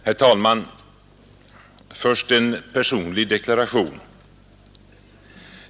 Herr talman! Först en personlig deklaration.